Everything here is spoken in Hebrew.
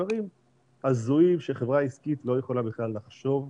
דברים הזויים שחברה עסקית לא יכולה בכלל לחשוב עליהם.